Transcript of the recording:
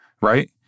Right